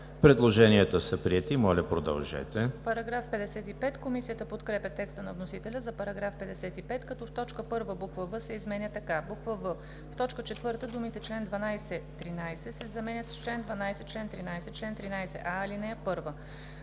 Предложението е прието. Моля, продължете.